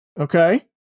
Okay